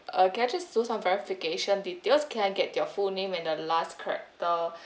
can I just do some verification details can I get your full name and the last character